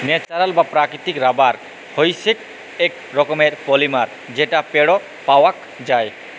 natural বা প্রাকৃতিক rubber হইসেক এক রকমের পলিমার যেটা পেড় পাওয়াক যায়